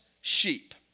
sheep